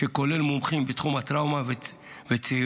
שכולל מומחים בתחום הטראומה וצעירים.